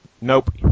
Nope